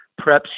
preps